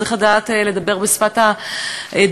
צריך לדעת לדבר בשפת הדור,